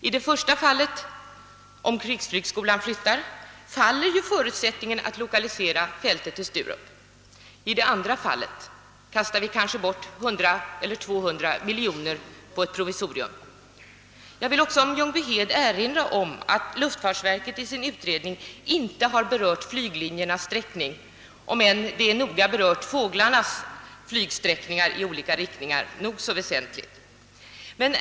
I det första fallet — alltså om krigsflygskolan flyttas — faller ju förutsättningen att lokalisera fältet till Sturup. I det andra fallet kastar vi kanske bort 100 eler 200 miljoner på ett provisorium. Jag vill också beträffande Ljungbyhed erinra om att luftfartsverket i sin utredning inte har berört flyglinjernas sträckning, ehuru det noga redogjort för fåglarnas flygsträckningar i olika riktningar — en nog så väsentlig sak.